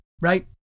Right